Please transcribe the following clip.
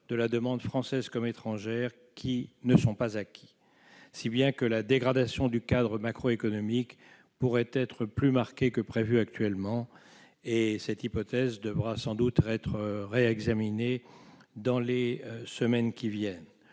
de la demande française comme étrangère, qui ne sont pas acquis, si bien que la dégradation du cadre macroéconomique pourrait être plus marquée que prévu actuellement. Cette dernière hypothèse devra sans doute être réexaminée dans les semaines qui viennent.